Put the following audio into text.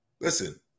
listen